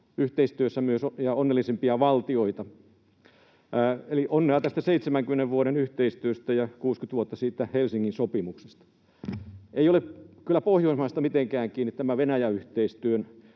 yhteistyössä ja myös onnellisimpia valtioita. Eli onnea tästä 70 vuoden yhteistyöstä, ja 60 vuotta on siitä Helsingin sopimuksesta. Ei ole kyllä Pohjoismaista mitenkään kiinni tämä Venäjä-yhteistyön